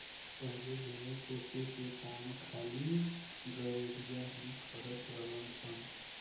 पहिले भेड़ पोसे के काम खाली गरेड़िया ही करत रलन सन